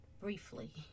briefly